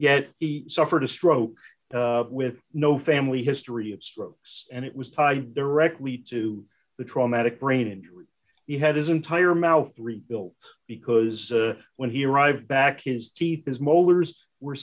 yet he suffered a stroke with no family history of strokes and it was tied directly to the traumatic brain injury he had his entire mouth rebuilt because when he arrived back his teeth